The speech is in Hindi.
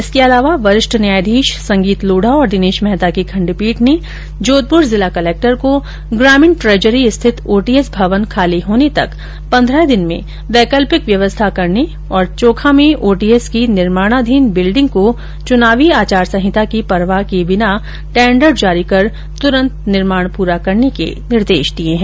इसके अलावा वरिष्ठ न्यायाधीश संगीत लोढा और दिनेश मेहता की खण्डपीठ ने जोधपुर जिला कलक्टर को ग्रामीण ट्रेजरी स्थित ओटीएस भवन खाली होने तक पंद्रह दिन में वैकल्पिक व्यवस्था करने और चोखा में ओटीएस की निर्माणाधीन बिल्डिंग को चुनावी आचार संहिता की परवाह किए बिना टेंडर जारी कर तुरंत निर्माण पूरा करने के निर्देश दिए हैं